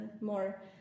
more